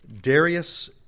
Darius